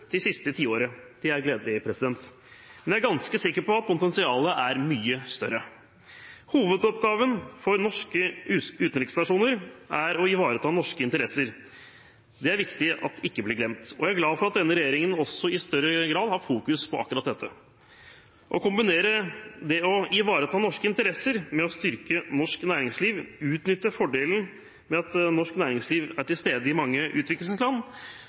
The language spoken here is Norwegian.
det siste tiåret. Det er gledelig. Men jeg er ganske sikker på at potensialet er mye større. Hovedoppgaven for norske utenriksstasjoner er å ivareta norske interesser. Det er viktig at ikke blir glemt, og jeg er glad for at denne regjeringen også i større grad har fokus på akkurat dette. Å kombinere det å ivareta norske interesser med å styrke norsk næringsliv og utnytte fordelen av at norsk næringsliv er til stede i mange utviklingsland,